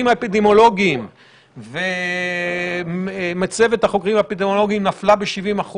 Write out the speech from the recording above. האפידמיולוגיים ומצבת החוקרים האפידמיולוגיים נפלה ב-70%,